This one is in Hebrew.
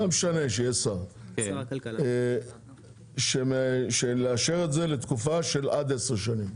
לא משנה שר, לאשר את זה לתקופה של עד עשר שנים.